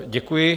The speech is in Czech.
Děkuji.